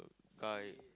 by